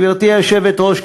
גברתי היושבת-ראש,